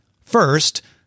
First